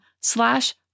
slash